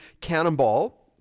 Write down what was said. cannonball